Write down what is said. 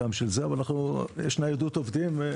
אבל יש ניידות עובדים.